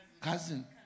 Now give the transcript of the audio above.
Cousin